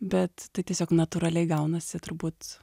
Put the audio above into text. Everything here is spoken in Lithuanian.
bet tai tiesiog natūraliai gaunasi turbūt